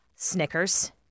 Snickers